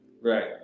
right